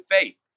faith